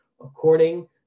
according